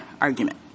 argument